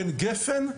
בין גפ"ן,